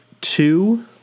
two